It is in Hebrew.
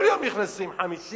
כל יום נכנסים 50